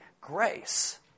grace